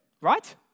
right